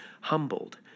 humbled